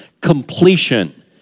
completion